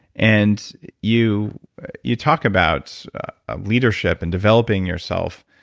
and you you talk about leadership and developing yourself,